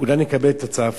אולי נקבל תוצאה הפוכה.